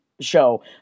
show